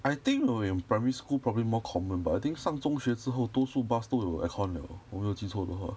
I think when we were in primary school probably more common but I think 上中学之后多数 bus 都有 aircon liao 我没有记错的话